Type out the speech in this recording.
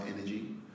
energy